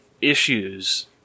issues